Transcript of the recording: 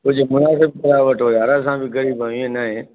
कुछ मुनासिक किरायो वठो यार असां बि गरीब आहियूं हीअं न आहे